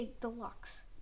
Deluxe